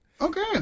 Okay